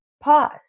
pause